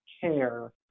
care